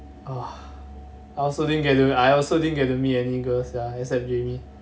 uh I also didn't get to I also didn't get to meet any girls sia except jamie